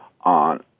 on